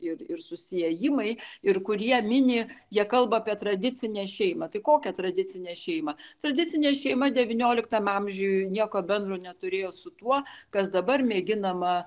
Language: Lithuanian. ir ir susiėjimai ir kurie mini jie kalba apie tradicinę šeimą tai kokią tradicinę šeimą tradicinė šeima devynioliktam amžiui nieko bendro neturėjo su tuo kas dabar mėginama